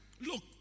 look